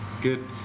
good